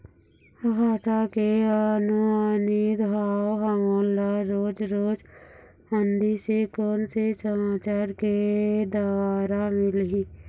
भांटा के अनुमानित भाव हमन ला रोज रोज मंडी से कोन से समाचार के द्वारा मिलही?